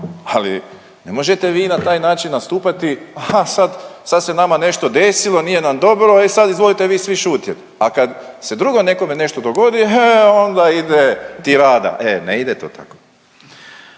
ali ne možete vi na taj način nastupati, a sad, sad se nama nešto desilo, nije nam dobro, e sad izvolite vi svi šutjet, a kad se drugom nekome nešto dogodi heee onda ide tirada. E ne ide to tako.